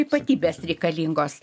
ypatybės reikalingos